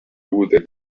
that